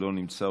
לא נמצא,